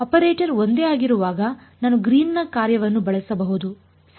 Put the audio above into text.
operator ಒಂದೇ ಆಗಿರುವಾಗ ನಾನು ಗ್ರೀನ್ನ ಕಾರ್ಯವನ್ನು ಬಳಸಬಹುದು ಸರಿ